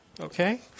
Okay